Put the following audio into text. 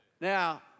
Now